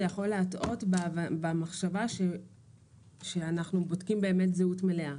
זה יכול להטעות במחשבה שאנחנו בודקים באמת זהות מלאה.